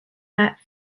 that